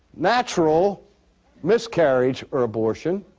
natural miscarriage or abortion